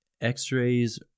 x-rays